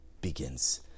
begins